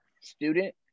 student